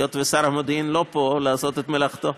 היות ששר המודיעין לא פה לעשות את מלאכתו,